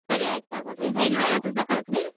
ಸರಿ ಆಯ್ತು ತಗೊಳ್ಳಿ ರೀ ಐನೂರ ಐವತ್ತು ರೂಪಾಯಿ ಕಳ್ಸಿ ರೀ